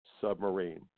submarine